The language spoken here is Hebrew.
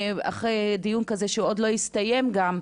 אחרי דיון כזה שעוד לא הסתיים אפילו,